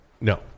No